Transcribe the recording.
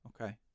Okay